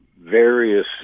various